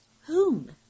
Whom